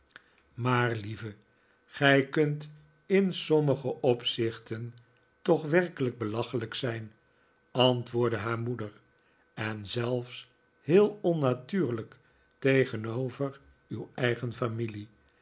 maar lieve gij kunt in sommige opzichten toch werkelijk belachelijk zijn antwoordde haar moeder en zelfs heel onnatuurlijk tegenover uw eigen familie